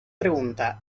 pregunta